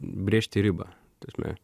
brėžti ribą ta prasme